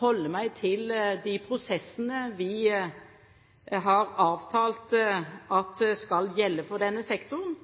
holde meg til de prosessene vi har avtalt skal gjelde for denne sektoren,